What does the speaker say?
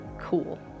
cool